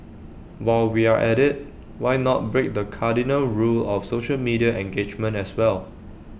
while we are at IT why not break the cardinal rule of social media engagement as well